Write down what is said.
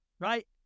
right